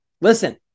Listen